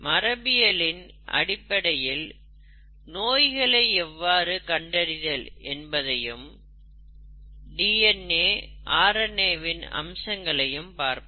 மரபியலின் அடிப்படையில் நோய்களை எவ்வாறு கண்டறிதல் என்பதையும் டிஎன்ஏ ஆர்என்ஏ வின் அம்சங்களையும் பார்ப்போம்